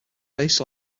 based